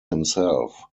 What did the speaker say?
himself